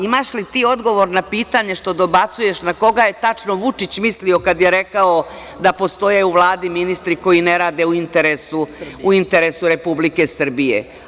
Imaš li ti odgovor na pitanje, što dobacuješ, na koga je tačno Vučić mislio kada je rekao da postoje u Vladi ministri koji ne rade u interesu Republike Srbije?